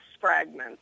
fragments